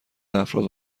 افراد